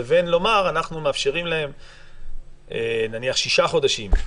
לבין לומר: אנחנו מאפשרים להם נניח שישה חודשים.